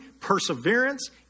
perseverance